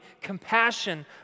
compassion